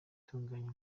itunganya